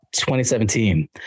2017